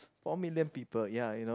four million people ya you know